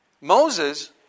Moses